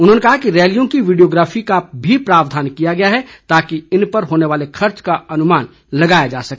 उन्होंने कहा कि रैलियों की वीडियोग्राफी का भी प्रावधान किया गया है ताकि इन पर होने वाले खर्च का अनुमान लगाया जा सके